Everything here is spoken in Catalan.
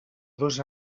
dos